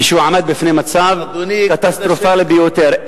כשהוא עמד בפני מצב קטסטרופלי ביותר.